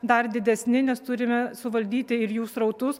dar didesni nes turime suvaldyti ir jų srautus